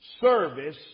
service